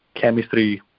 chemistry